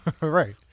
Right